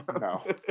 No